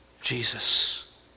Jesus